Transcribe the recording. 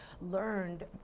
learned